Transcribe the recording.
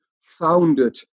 founded